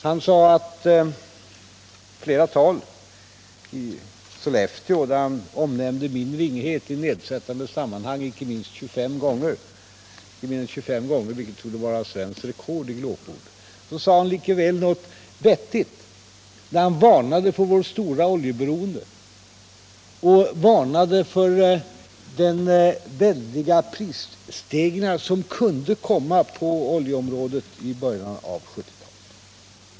I Sollefteå, när han visserligen omnämnde min ringhet i nedsättande sammanhang icke mindre än 25 gånger — vilket torde vara svenskt rekord i glåpord — sade han likväl något vettigt när han varnade för vårt stora oljeberoende och för de väldiga prisstegringar på oljeområdet som kunde komma i början av 1970-talet.